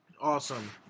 Awesome